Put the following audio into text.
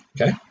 Okay